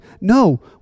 no